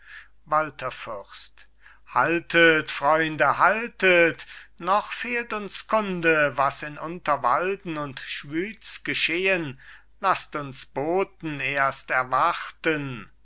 haltet freunde haltet noch fehlt uns kunde was in unterwalden und schwyz geschehen lasst uns boten erst erwarten